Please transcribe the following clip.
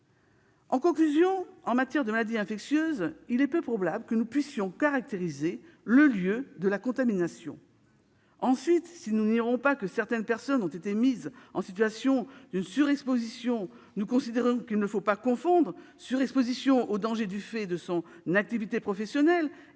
En conclusion, en matière de maladies infectieuses, il est peu probable que nous puissions caractériser le lieu de la contamination. Ensuite, si nous n'ignorons pas que certaines personnes ont été mises en situation d'une surexposition, nous considérons qu'il ne faut pas confondre surexposition au danger du fait de son activité professionnelle